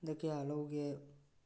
ꯗ ꯀꯌꯥ ꯂꯩꯒꯦ